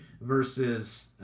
versus